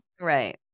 right